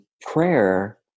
prayer